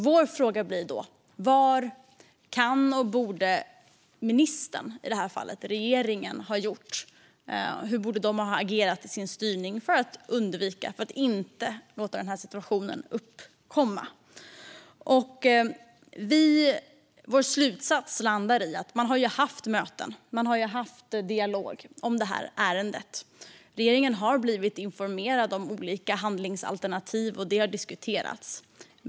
Vår fråga blir då: Vad kunde och borde ministern, och i detta fall regeringen, ha gjort, och hur borde man ha agerat i sin styrning för att inte låta denna situation uppkomma? Vår slutsats landar i att man har haft möten och dialog om detta ärende. Regeringen har blivit informerad om olika handlingsalternativ, och det har diskuterats.